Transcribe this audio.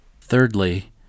Thirdly